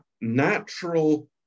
natural